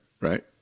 right